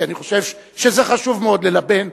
כי אני חושב שזה חשוב מאוד ללבן.